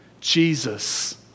Jesus